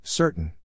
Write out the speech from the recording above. Certain